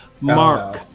Mark